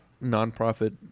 non-profit